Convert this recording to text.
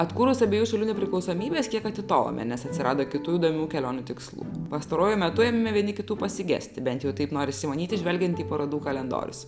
atkūrus abiejų šalių nepriklausomybes kiek atitolome nes atsirado kitų įdomių kelionių tikslų pastaruoju metu ėmėme vieni kitų pasigesti bent jau taip norisi manyti žvelgiant į parodų kalendorius